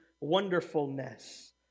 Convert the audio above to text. wonderfulness